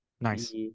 nice